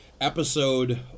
episode